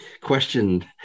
question